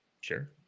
Sure